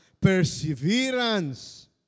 perseverance